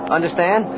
Understand